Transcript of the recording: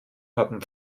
haben